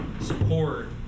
support